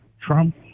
Trump